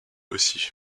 aussi